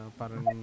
parang